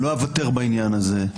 לא אוותר בעניין הזה.